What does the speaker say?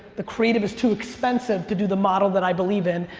the creative is too expensive to do the model that i believe in,